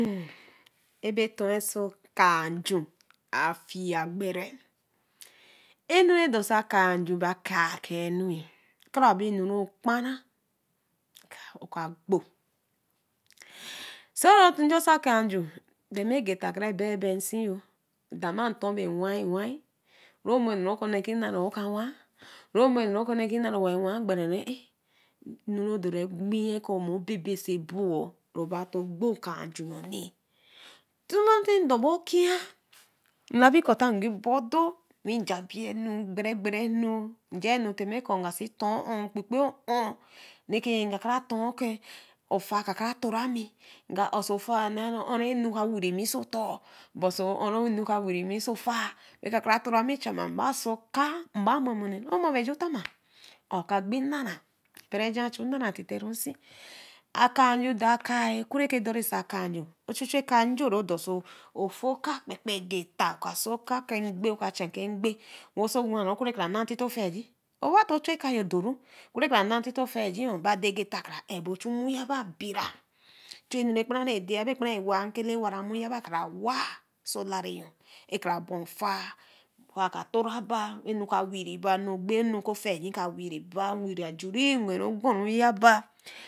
Ebe torso akaa ju afii-ɛh gbere-ɛh ɛnu redo-so aka nju ba kakaenu-ɛh kra'be enu okpara oka ogbo sa ow nja oso akaa nju dema guta kere bebee nsi-oh dema ntor be wai rumu enu rokɔ̃ne ke naa wo ka wai rama enu okɔ̃ne ke naa waii waa gbere-a-otoro ɛnu kɔ̃ obebe obo ɛbo roba gbo ka ju ali alola tii ndorbor okwi-ɛh nlasi kɔ̃ ti ke mba odõ we jaa biienu gbere gberenu njanu tima kɔ̃ nga si tor oh nkpebnkpe on reke nga kra ke ofaa ka kra tora mi aga aso ofaa nee oh reke enu ka kra werri mi oso tor-ɛh boso oh ɛke nnu ka werri mi oso ofaa reba-si-oka reba momini romo be ju tonma a õw ka gbi nara ɛporiji achu nara tite-risi nsi si aka nju dorkea oku oke dorsa aka ju ojo ju ɛka njo redorsi ofu oka kpekpe agita aka osi oka ɛke ngbee oso wen oku ɛke kra naa ntito ofiijii robaba to chu ɛka-oh dor-ɛh oku kra naa ntito ofiijii be a dae gita kra ebo we chu mu yaba bira chu enu ke kpara re ɛ'dae sa be kpara ɛwa nkele waramo yaba kra wa oso lari-o we kra baa ofaa ofaa ka tora baa we enu ka weri-ɛh ba enu gbanu oku ofiijii ka werri ba werri ajuri weh ogbonu-ɛh yaba